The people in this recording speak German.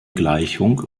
gleichung